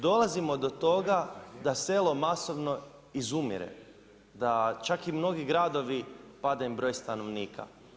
Dolazimo do toga da selo masovno izumire, da čak i mnogi gradovi pada im broj stanovnika.